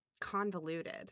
convoluted